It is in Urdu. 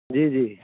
جی جی